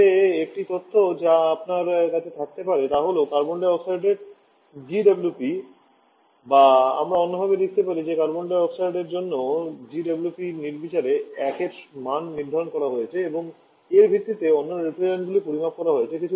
তবে একটি তথ্য যা আপনার কাছে থাকতে পারে তা হল কার্বন ডাই অক্সাইডের GWP বা আমার অন্যভাবে লিখতে হবে যে কার্বন ডাই অক্সাইডের জন্য GWP নির্বিচারে 1 এর মান নির্ধারণ করা হয়েছে এবং এর ভিত্তিতে অন্যান্য রেফ্রিজারেন্টগুলি পরিমাপ করা হয়েছে